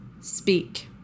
speak